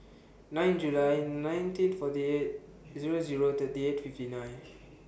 nine July nineteen forty eight Zero Zero thirty eight fifty nine